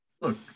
look